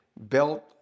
belt